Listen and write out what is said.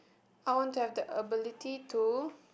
I want to have the ability to